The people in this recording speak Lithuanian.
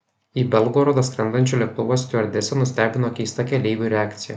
į belgorodą skrendančio lėktuvo stiuardesę nustebino keista keleivių reakcija